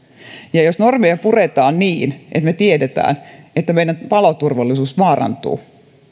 jos normeja puretaan niin että me tiedämme että meidän paloturvallisuus vaarantuu